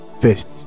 first